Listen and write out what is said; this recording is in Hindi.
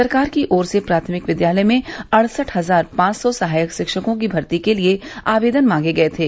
सरकार की ओर से प्राथमिक विद्यालय में अड़सठ हजार पांच सौ सहायक शिक्षकों की भर्ती के लिये आवेदन मांगे गये थे